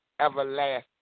everlasting